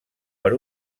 per